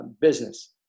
business